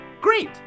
Great